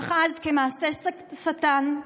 אך אז, כמעשה שטן,